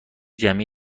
جمعی